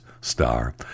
star